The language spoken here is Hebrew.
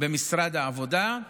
במשרד העבודה.